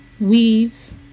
weaves